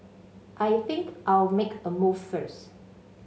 I think I'll make a move first